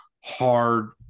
hard